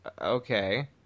Okay